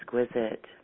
exquisite